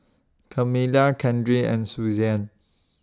Kamila Keandre and Suzanne